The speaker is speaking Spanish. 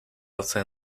hace